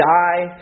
die